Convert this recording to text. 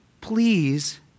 please